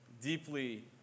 deeply